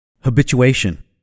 habituation